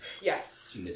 Yes